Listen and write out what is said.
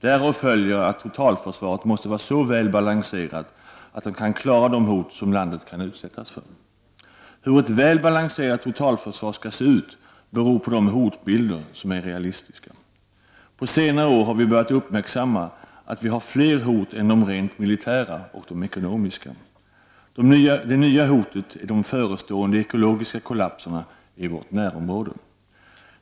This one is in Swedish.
Därav följer att totalförsvaret måste vara så väl balanserat att det kan klara de hot som landet kan utsättas för. Hur ett väl balanserat totalförsvar skall se ut beror på de hotbilder som är realistiska. På senare år har vi börjat uppmärksamma att vi har fler hot än de rent militära och ekonomiska. Det nya hotet är de förestående ekologiska kollapserna i vårt närområde.